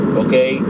okay